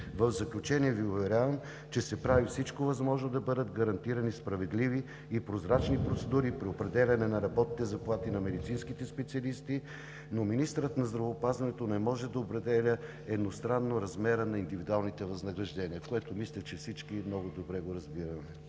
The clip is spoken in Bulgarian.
В заключение Ви уверявам, че се прави всичко възможно да бъдат гарантирани справедливи и прозрачни процедури при определяне на работните заплати на медицинските специалисти, но министърът на здравеопазването не може да определя едностранно размера на възнаграждения, което мисля, че всички много добре разбираме.